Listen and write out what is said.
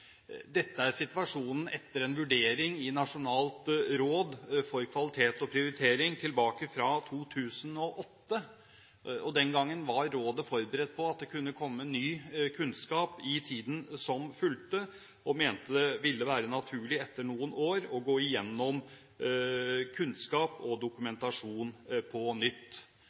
Dette er situasjonen etter en vurdering i 2008 i Nasjonalt råd for kvalitet og prioritering. Den gangen var rådet forberedt på at det kunne komme ny kunnskap i tiden som fulgte, og mente det ville være naturlig etter noen år å gå igjennom kunnskap og dokumentasjon på nytt.